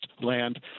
land